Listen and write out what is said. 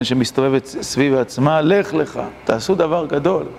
מי שמסתובבת סביב עצמה, לך לך, תעשו דבר גדול.